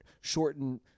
shortened